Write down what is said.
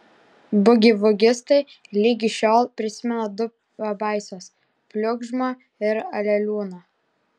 bugivugistai ligi šiol prisimena du pabaisas pliugžmą ir aleliūną